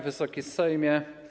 Wysoki Sejmie!